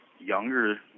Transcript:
younger